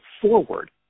forward